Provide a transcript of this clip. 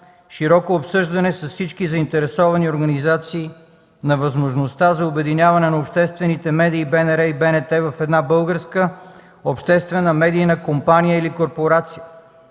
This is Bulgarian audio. широко обсъждане с всички заинтересовани организации на възможността за обединяване на обществените медии БНТ и БНР в една българска обществена медийна компания или корпорация.